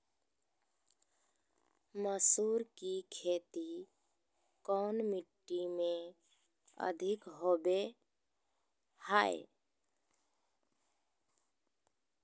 मसूर की खेती कौन मिट्टी में अधीक होबो हाय?